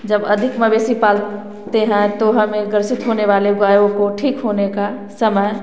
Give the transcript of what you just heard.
जब अधिक मवेशी पालते हैं तो हमे ग्रसित होने वाले गायों को ठीक होने का समय